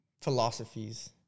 philosophies